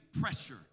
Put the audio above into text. pressure